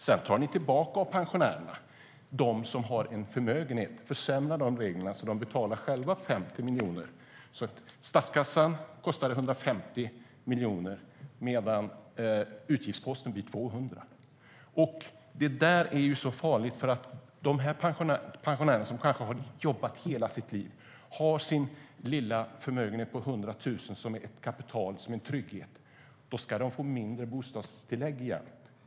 Sedan tar ni tillbaka från de pensionärer som har en förmögenhet och försämrar de reglerna så att de själva betalar 50 miljoner. Det kostar statskassan 150 miljoner, medan utgiftsposten blir 200 miljoner. Det är farligt. De pensionärerna, som kanske har jobbat hela sitt liv, har sin lilla förmögenhet på 100 000 som ett kapital och en trygghet. De ska få lägre bostadstillägg igen.